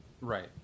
Right